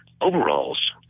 overalls